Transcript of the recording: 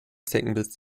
zeckenbiss